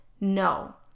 no